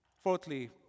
Fourthly